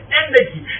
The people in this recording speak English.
energy